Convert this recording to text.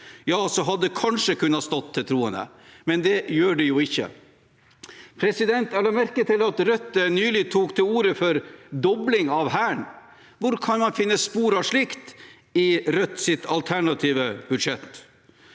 hadde det kanskje kunne stått til troende, men det gjør det jo ikke. Jeg la merke til at Rødt nylig tok til orde for en dobling av Hæren. Hvor kan man finne spor av slikt i Rødts alternative budsjett?